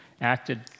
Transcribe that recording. acted